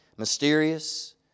mysterious